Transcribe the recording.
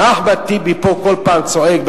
אם אחמד טיבי פה כל פעם צועק,